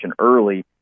early